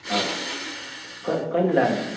हजुर कहिले लानुहुने